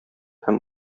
һәм